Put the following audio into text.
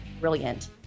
brilliant